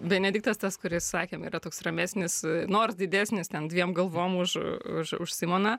benediktas tas kuris sakėm yra toks ramesnis nors didesnis ten dviem galvom už už simoną